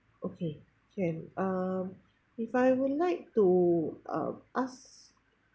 okay can um if I would like to um ask